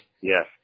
Yes